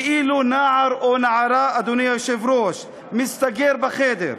ואילו נער או נערה, אדוני היושב-ראש, מסתגר בחדר,